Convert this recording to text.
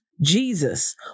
Jesus